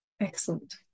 Excellent